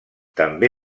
també